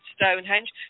Stonehenge